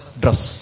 dress